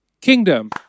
Kingdom